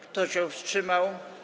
Kto się wstrzymał?